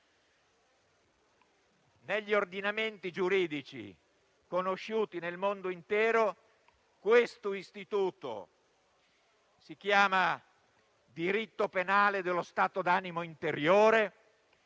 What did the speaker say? Negli ordinamenti giuridici conosciuti nel mondo intero questo istituto si chiama diritto penale dello stato d'animo interiore